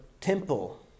temple